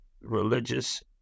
religious